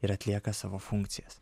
ir atlieka savo funkcijas